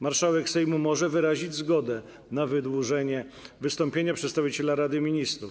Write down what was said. Marszałek Sejmu może wyrazić zgodę na wydłużenie wystąpienia przedstawiciela Rady Ministrów.